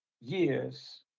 years